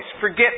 Forget